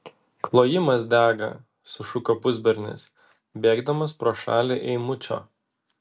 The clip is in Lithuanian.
klojimas dega sušuko pusbernis bėgdamas pro šalį eimučio